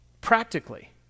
practically